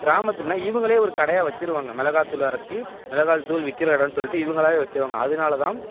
கிராமத்தில்னால் இவங்களே ஒரு கடையாக வச்சிருவாங்க மிளகா தூள் அரைச்சு மிளகாள் தூள் விற்கிற எடன் சொல்லிட்டு இவங்களாவே வச்சிருவாங்க அதனால தான்